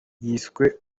yiswe